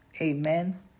amen